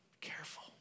careful